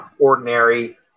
ordinary